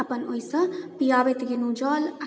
अपन ओहिसँ पीआबैत गेलहुँ जल